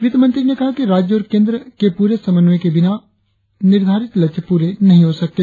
वित्तमंत्री ने कहा कि राज्य और केंद्र के पूरे समन्वय के बिना निर्धारित लक्ष्य प्ररे नहीं हो सकते